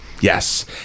Yes